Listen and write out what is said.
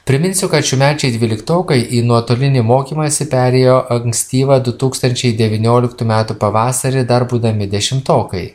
priminsiu kad šiųmečiai dvyliktokai į nuotolinį mokymąsi perėjo ankstyvą du tūkstančiai devynioliktų metų pavasarį dar būdami dešimtokai